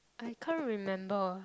I can't remember